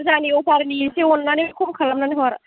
फुजानि अफारनि एसे अननानै खम खालामनानै हर